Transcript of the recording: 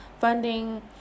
funding